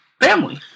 family